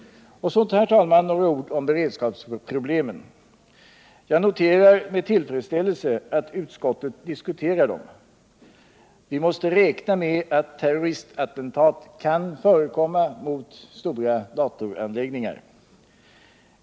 Så, herr talman, några ord om beredskapsproblemen. Jag noterar med tillfredsställelse att utskottet diskuterar dem. Vi måste räkna med att terroristattentat kan förekomma.